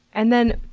and then,